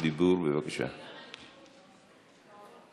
ביקשה רשות